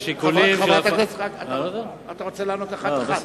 השיקולים, אתה רוצה לענות אחת אחת.